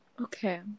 Okay